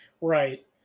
Right